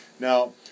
Now